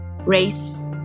Race